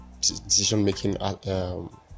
decision-making